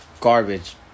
Garbage